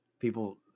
People